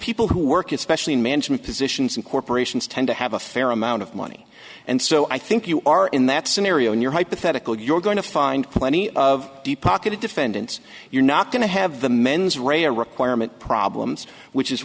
people who work especially in management positions in corporations tend to have a fair amount of money and so i think you are in that scenario in your hypothetical you're going to find plenty of deep pocketed defendants you're not going to have the mens rea a requirement problems which is